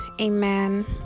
Amen